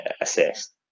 assessed